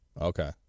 Okay